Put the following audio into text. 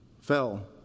fell